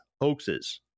hoaxes